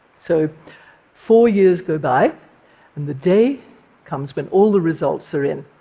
so four years go by and the day comes when all the results are in,